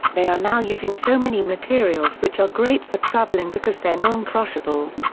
they are now using so many materials which are great for traveling because they're non crushable.